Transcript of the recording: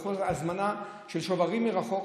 בכל הזמנה של שוברים מרחוק,